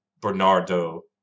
Bernardo